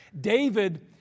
David